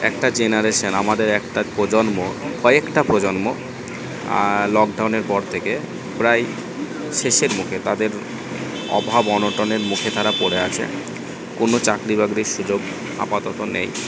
একটা জেনারেশান আমাদের একটা প্রজন্ম কয়েকটা প্রজন্ম লকডাউনের পর থেকে প্রায় শেষের মুখে তাদের অভাব অনটনের মুখে তারা পড়ে আছে কোনো চাকরি বাকরির সুযোগ আপাতত নেই